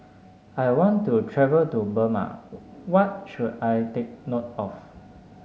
I want to travel to Burma what should I take note of